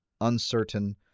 uncertain